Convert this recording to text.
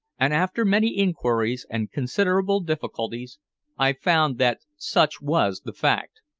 and after many inquiries and considerable difficulties i found that such was the fact.